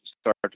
start